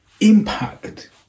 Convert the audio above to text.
impact